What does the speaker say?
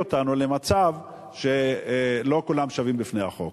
אותנו למצב שלא כולם שווים לפני החוק.